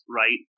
right